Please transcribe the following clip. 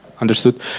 Understood